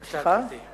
בבקשה, גברתי.